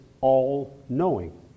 all-knowing